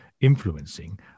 influencing